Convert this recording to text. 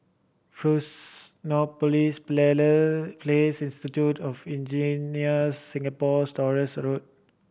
Fusionopolis Place Institute of Engineers Singapore Stores Road